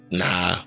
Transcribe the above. nah